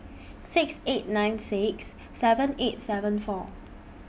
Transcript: six eight nine six seven eight seven four